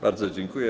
Bardzo dziękuję.